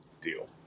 deal